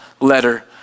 letter